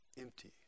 empty